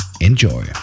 Enjoy